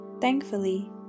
Thankfully